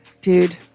Dude